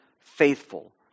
faithful